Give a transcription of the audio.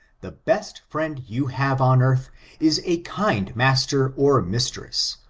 the best friend you have on earth is a kind master or mistress,